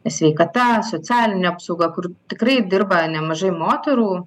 sveikata socialinė apsauga kur tikrai dirba nemažai moterų